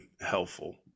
helpful